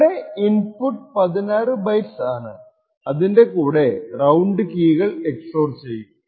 ഇവിടെ input 16 bytes ആണ് അതിന്റെ കൂടെ റൌണ്ട് കീകൾ XOR ചെയ്യും